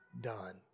done